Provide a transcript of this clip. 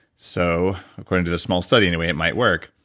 so according to this small study anyway it might work.